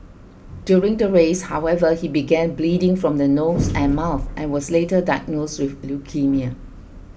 during the race however he began bleeding from the nose and mouth and was later diagnosed with leukaemia